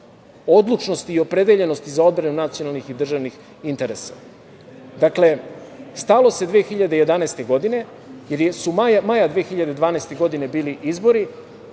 odlučnost i opredeljenost i za odbranu nacionalnih i državnih interesa. Dakle, stalo se 2011. godine, jer su maja 2012. godine bili izbori,